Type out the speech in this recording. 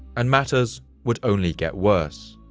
and matters would only get worse.